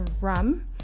rum